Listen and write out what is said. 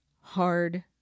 hard